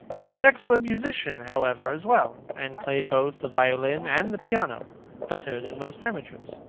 he was an excellent musician, however, as well, and played both the violin and the piano better than most amateurs.